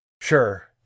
sure